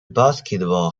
basketball